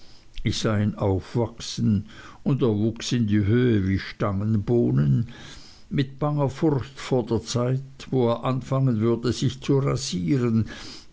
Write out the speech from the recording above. ich sah ihn aufwachsen und er wuchs in die höhe wie stangenbohnen mit banger furcht vor der zeit wo er anfangen würde sich zu rasieren